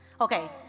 Okay